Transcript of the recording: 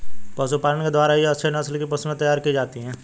पशुपालन के द्वारा ही अच्छे नस्ल की पशुएं तैयार की जाती है